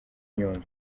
nyungwe